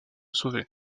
sauver